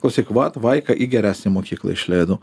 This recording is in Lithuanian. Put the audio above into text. klausyk vat vaiką į geresnę mokyklą išleido